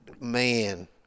man